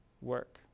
work